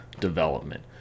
development